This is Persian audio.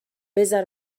بزار